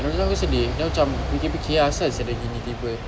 don't know aku sedih then aku macam fikir-fikir ah asal sia dia gini tiba